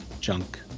Junk